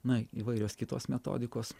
na įvairios kitos metodikos